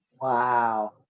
Wow